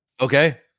Okay